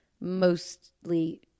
mostly